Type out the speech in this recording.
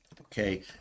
Okay